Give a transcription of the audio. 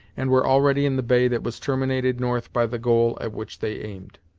and were already in the bay that was terminated north by the goal at which they aimed.